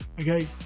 okay